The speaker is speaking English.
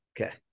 Okay